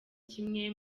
kimwe